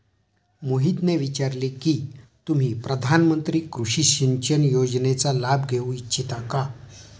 मोहितने विचारले की तुम्ही प्रधानमंत्री कृषि सिंचन योजनेचा लाभ घेऊ इच्छिता का?